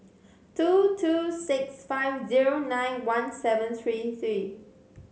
two two six five zero nine one seven three three